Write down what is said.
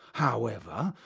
however,